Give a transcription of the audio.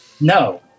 No